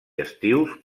estius